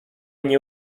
nie